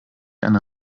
eine